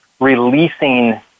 releasing